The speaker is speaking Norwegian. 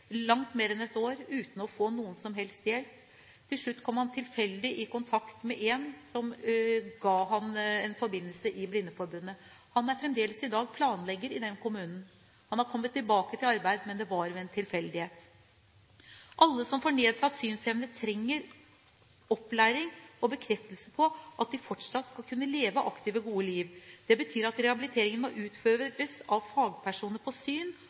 langt mer enn ett år uten å få noe som helst hjelp. Til slutt kom han tilfeldig i kontakt med en som ga ham en forbindelse i Blindeforbundet. Han er fremdeles i dag planlegger i den kommunen. Han har kommet tilbake til arbeid, men det var ved en tilfeldighet. Alle som får nedsatt synsevne, trenger opplæring, og de trenger bekreftelse på at de fortsatt vil kunne leve aktive og gode liv. Det betyr at rehabiliteringen må utføres av fagpersoner på syn